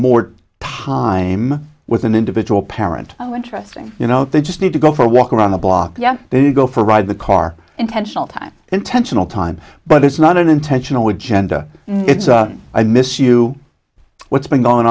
more time with an individual parent oh interesting you know they just need to go for a walk around the block yeah they go for a ride the car intentional time intentional time but it's not an intentional with genda it's i miss you what's been going